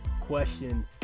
question